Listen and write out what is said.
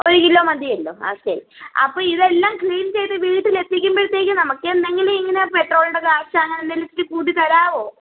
ഒരു കിലോ മതിയല്ലോ ആ ശരി അപ്പം ഇതെല്ലാം ക്ലീൻ ചെയ്ത് വീട്ടിൽ എത്തിക്കുമ്പോഴത്തേക്ക് നമുക്ക് എന്തെങ്കിലും ഇങ്ങനെ പെട്രോളിൻ്റെ കാശ് അങ്ങനെ എന്തെങ്കിലും ഇത്തിരി കൂട്ടി തരാമോ